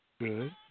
Good